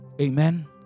Amen